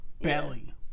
Belly